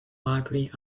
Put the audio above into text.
library